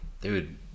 dude